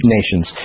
nations